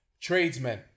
tradesmen